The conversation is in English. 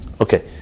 Okay